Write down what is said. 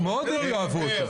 אז כן לגבי כולם.